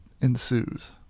ensues